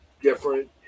different